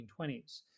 1920s